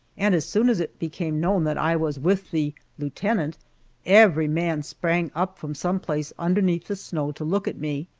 and as soon as it became known that i was with the lieutenant every man sprang up from some place underneath the snow to look at me,